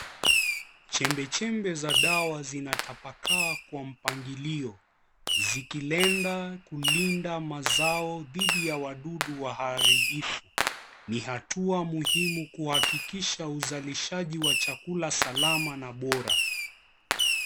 Chembe chembe za dawa zimetapakaa kwa mpangilio zikilenga kulinda mazao dhidi ya wadudu waharibifu. Ni hatua muhimu kuhakikisha uzalishaji ya chakula salama na bora.